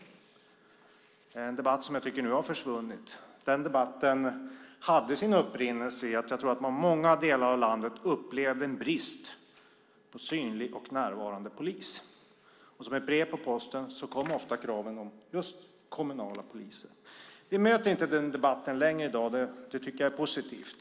Det var en debatt som jag nu tycker har försvunnit och som jag tror hade sin upprinnelse i att man i många delar av landet upplevde en brist på synlig och närvarande polis, och som ett brev på posten kom ofta kraven på just kommunala poliser. Den debatten möter vi inte längre, och det tycker jag är positivt.